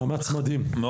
מאמץ מדהים.